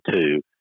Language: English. two